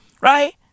Right